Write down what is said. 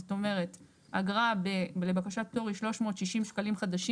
זאת אומרת, אגרה לבקשת פטור היא 360 שקלים חדשים.